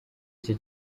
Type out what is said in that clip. iki